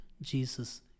Jesus